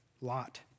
Lot